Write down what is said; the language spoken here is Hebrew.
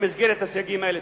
במסגרת הסייגים האלה.